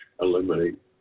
Eliminate